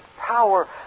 power